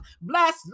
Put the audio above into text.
Bless